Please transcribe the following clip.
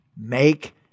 Make